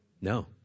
No